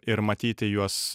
ir matyti juos